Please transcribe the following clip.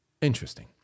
Interesting